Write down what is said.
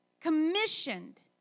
commissioned